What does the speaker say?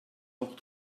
doch